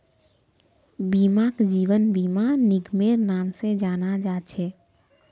बीमाक जीवन बीमा निगमेर नाम से जाना जा छे